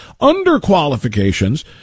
under-qualifications